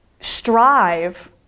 strive